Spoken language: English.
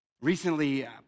Recently